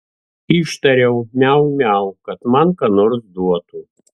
ištariau miau miau kad man ką nors duotų